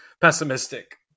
pessimistic